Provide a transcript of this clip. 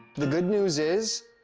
the good news is,